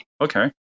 okay